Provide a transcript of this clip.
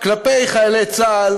כלפי חיילי צה"ל,